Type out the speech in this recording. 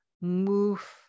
move